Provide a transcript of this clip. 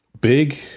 big